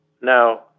Now